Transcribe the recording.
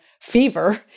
fever